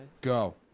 Go